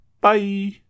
bye